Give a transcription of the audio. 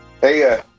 Hey